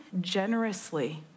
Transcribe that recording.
generously